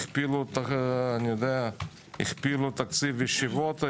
הכפילו תקציב ישיבות,